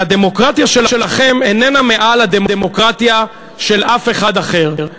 והדמוקרטיה שלכם איננה מעל לדמוקרטיה של אף אחד אחר,